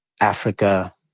africa